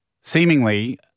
seemingly